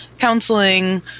counseling